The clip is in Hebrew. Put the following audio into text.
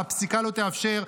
והפסיקה לא תאפשר.